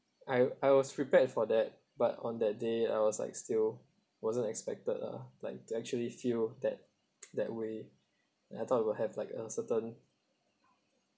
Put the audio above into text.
I I was prepared for that but on that day I was like still wasn't expected lah like to actually feel that that way and I thought it will have like a certain